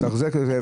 לתחזק את זה,